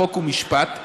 חוק ומשפט,